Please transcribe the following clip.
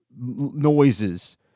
noises